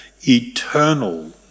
eternal